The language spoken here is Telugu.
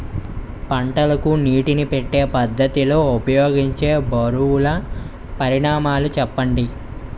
పంటలకు నీటినీ పెట్టే పద్ధతి లో ఉపయోగించే బరువుల పరిమాణాలు చెప్పండి?